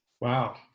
Wow